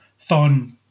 Thon